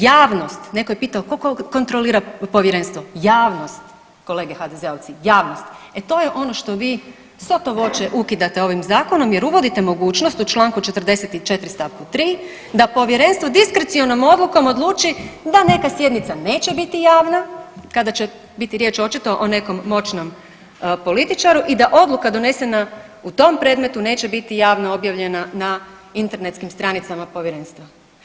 Javnost, netko je pitao tko kontrolira povjerenstvo, javnost kolege HDZ-ovci, javnost, e to je ono što vi sotto voće ukidate ovim zakonom jer uvodite mogućnost u Članku 44. stavku 3. da povjerenstvo diskrecionom odlukom odluči da neka sjednica neće biti javna kada će biti riječ očito o nekom moćnom političaru i da odluka donesena u tom predmetu neće biti javno objavljena na internetskim stranicama povjerenstva.